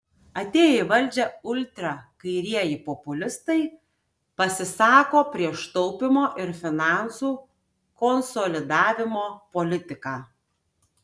atėję į valdžią ultrakairieji populistai pasisako prieš taupymo ir finansų konsolidavimo politiką